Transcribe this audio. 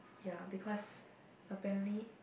ya because apparently